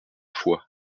foix